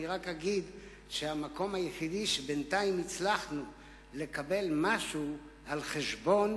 רק אגיד שהמקום היחיד שבינתיים הצלחנו לקבל ממנו משהו על חשבון